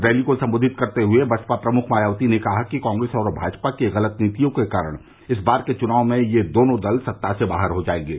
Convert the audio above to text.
rally को संबोधित करते हुए इसपा प्रमुख मायावती ने कहा कि कांग्रेस और भाजपा की गलत नीतियों के कारण इस बार के चुनाव में यह दोनों दल सत्ता से बाहर हो जायेंगे